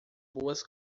boas